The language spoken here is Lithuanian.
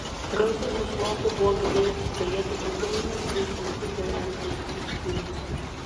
garsas nuslopo buvo girdėti tik pelėdų ūbavimas ir smulkių žvėrelių bruzdesys krūmuose